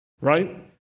right